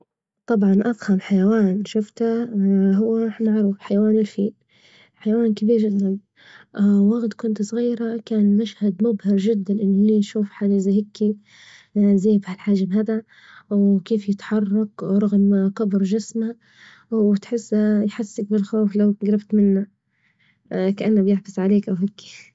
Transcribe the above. طبعا أضخم حيوان شفته هو معروف حيوان الفيل حيوان كبير جدا، وجت كنت صغيرة كان مشهد مبهر جدا إني شوف حاجة زي هكي زي بهالحجم هذا، وكيف يتحرك رغم كبر جسمه وتحسه يحسسك بالخوف لو جربت منه كأنه بيعفص عليك أو هكي.